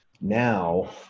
Now